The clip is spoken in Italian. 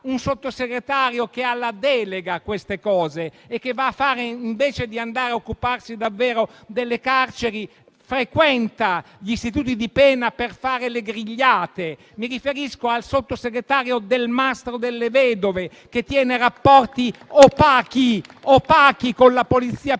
un Sottosegretario che ha delega in queste cose? Invece di andare a occuparsi davvero delle carceri, frequenta gli istituti di pena per fare le grigliate. Mi riferisco al sottosegretario Delmastro Delle Vedove, che tiene rapporti opachi con la Polizia